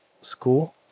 school